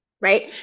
right